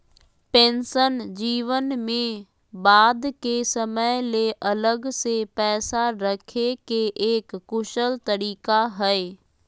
pension जीवन में बाद के समय ले अलग से पैसा रखे के एक कुशल तरीका हय